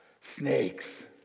Snakes